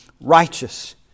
righteous